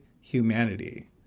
humanity